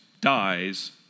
dies